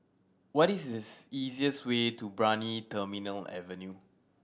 what is this easiest way to Brani Terminal Avenue